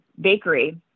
bakery